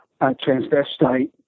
transvestite